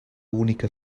única